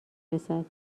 رسد